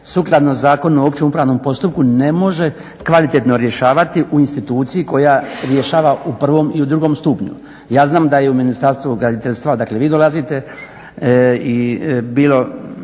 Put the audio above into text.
sukladno Zakonu o općem upravnom postupku ne može kvalitetno rješavati u instituciji koja rješava u prvom i u drugom stupnju. Ja znam da je u Ministarstvu graditeljstva odakle vi dolazite bilo